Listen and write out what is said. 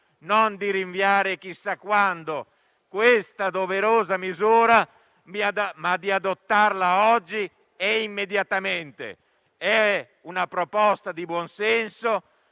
non rinviare a chissà quando questa doverosa misura, ma di adottarla oggi e immediatamente. Si tratta di una proposta di buonsenso,